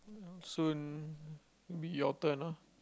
soon it'll be your turn ah